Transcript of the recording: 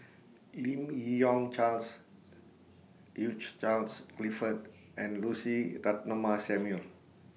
Lim Yi Yong Charles Hugh Charles Clifford and Lucy Ratnammah Samuel